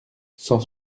cent